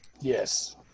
Yes